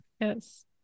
Yes